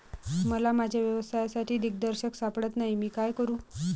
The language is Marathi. मला माझ्या व्यवसायासाठी दिग्दर्शक सापडत नाही मी काय करू?